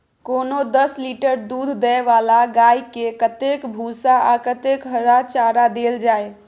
कोनो दस लीटर दूध दै वाला गाय के कतेक भूसा आ कतेक हरा चारा देल जाय?